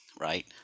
right